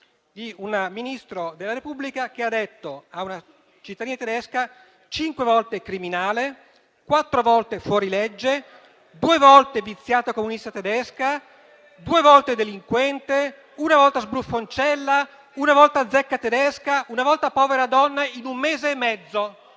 di un Ministro della Repubblica che ha detto a una cittadina tedesca cinque volte «criminale», quattro volte «fuorilegge», due volte «viziata comunista tedesca», due volte «delinquente», una volta «sbruffoncella», una volta «zecca tedesca», una volta «povera donna», in un mese e mezzo.